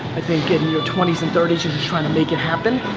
i think in your twenty s and thirty s you're just trying to make it happen.